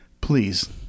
please